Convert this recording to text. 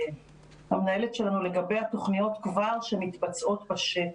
והמנהלת שלנו לגבי התוכניות כבר שמתבצעות בשטח.